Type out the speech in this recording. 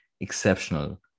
exceptional